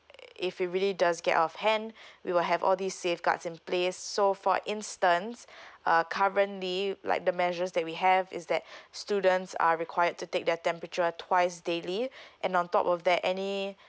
if you really does get out of hand we will have all these safeguards in place so for instance uh currently like the measure step we have is that students are required to take their temperature twice daily and on top of that any